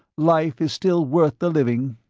life is still worth the living.